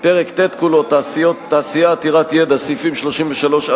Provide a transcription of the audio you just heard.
פרק ט' כולו, תעשייה עתירת ידע, סעיפים 33 36,